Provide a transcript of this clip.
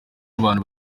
abantu